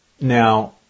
Now